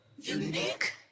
Unique